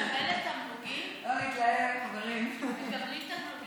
רבותיי, אנחנו עוברים להצעת חוק